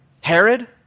Herod